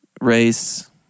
race